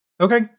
Okay